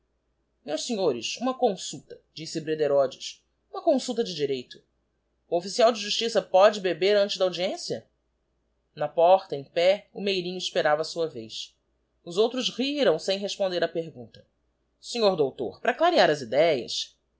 meus senhores uma consulta disse brederodes uma consulta de direito o official de justiça pôde beber antes da audiência na porta em pé o meirinho esperava a sua vez os outros riram sem responder á pergunta sr doutor para clarear as idéas